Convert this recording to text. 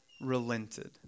relented